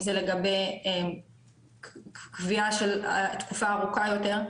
אם זה לגבי קביעה של תקופה ארוכה יותר,